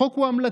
החוק הוא המלצה,